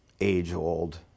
age-old